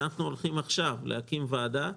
שאנחנו הולכים עכשיו להקים ועדה,